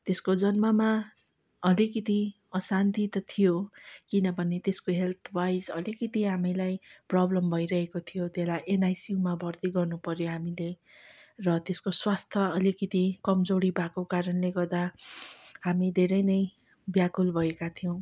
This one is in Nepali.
त्यसको जन्ममा अलिकिति अशान्ति त थियो किनभने त्यसको हेल्थवाइज अलिकिति हामीलाई प्रब्लम भइरहेको थियो त्यसलाई एनआइसियुमा भर्ती गर्नुपऱ्यो हामीले र त्यसको स्वास्थ्य अलिकिति कमजोरी भएको कारणले गर्दा हामी धेरै नै ब्याकुल भएका थियौँ